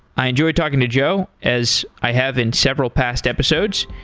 i enjoyed talking to joe, as i have in several past episodes,